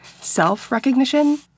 self-recognition